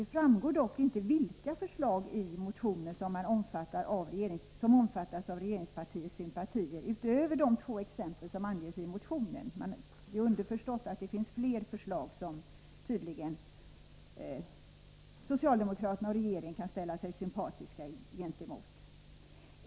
Det framgår dock inte vilka förslag i motionen som omfattas av regeringspartiets sympatier utöver de två exempel som anges i motionen — det är underförstått att det finns fler förslag som tydligen socialdemokraterna och regeringen kan ställa sig sympatiska gentemot.